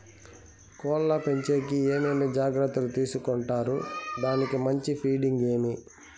కోళ్ల పెంచేకి ఏమేమి జాగ్రత్తలు తీసుకొంటారు? దానికి మంచి ఫీడింగ్ ఏమి?